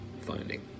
finding